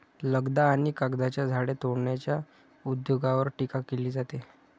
लगदा आणि कागदाच्या झाडे तोडण्याच्या उद्योगावर टीका केली जाते